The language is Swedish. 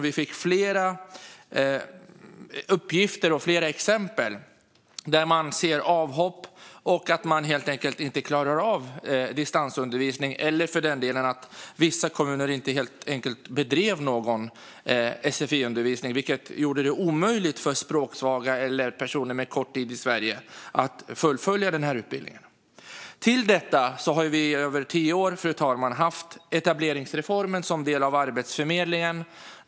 Vi fick flera uppgifter och flera exempel där man ser avhopp och där elever helt enkelt inte klarar av distansundervisning eller för den delen att vissa kommuner inte bedrev någon sfi-undervisning. Det gjorde det omöjligt för språksvaga eller personer med kort tid i Sverige att fullfölja den här utbildningen. Fru talman! Till detta har vi i över tio år haft etableringsreformen som en del av Arbetsförmedlingen.